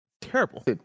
Terrible